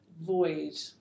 void